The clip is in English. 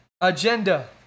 agenda